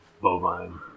bovine